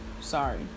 Sorry